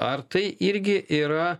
ar tai irgi yra